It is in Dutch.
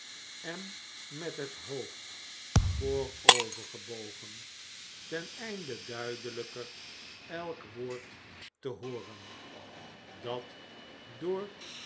en met het hoofd voorovergebogen ten einde duidelijker elk woord te hooren fagin voor de rechtbank dat door